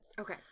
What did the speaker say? Okay